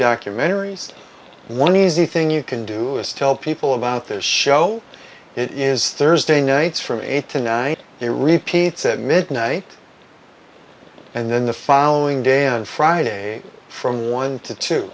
documentaries one easy thing you can do is tell people about the show it is thursday nights from eight to night he repeats at midnight and then the following day on friday from one to t